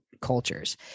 cultures